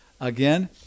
Again